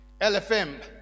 LFM